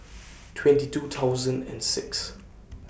twenty two thousand and six